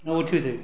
આ ઓછું થયું